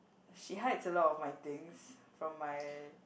she hides a lot of my things from my